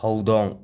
ꯍꯧꯗꯣꯡ